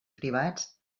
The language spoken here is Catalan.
privats